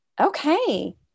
okay